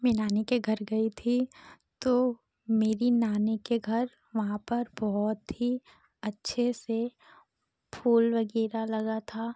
मैं नानी के घर गई थी तो नानी के घर वहाँ पर बहुत ही अच्छे से फूल वगैरह लगा था